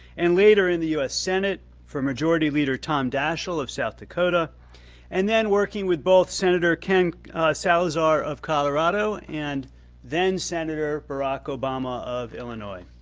and later in the u s. senate for majority leader tom daschle of south dakota and then working with both ken salazar of colorado and then senator barack obama of illinois.